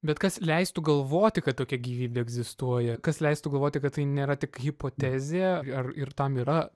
bet kas leistų galvoti kad tokia gyvybė egzistuoja kas leistų galvoti kad tai nėra tik hipotezė ar ir tam yra